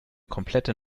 komplette